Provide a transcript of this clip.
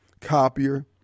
copier